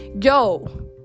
yo